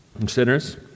Sinners